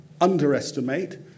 underestimate